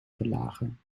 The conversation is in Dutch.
verlagen